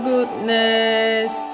Goodness